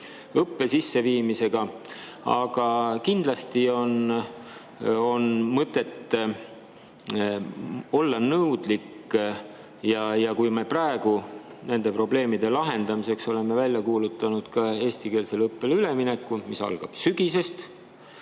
õppe sisseviimisega. Kindlasti on mõtet olla nõudlik. Praegu me oleme nende probleemide lahendamiseks välja kuulutanud eestikeelsele õppele ülemineku, mis algab sügisel.